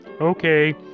Okay